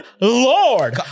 Lord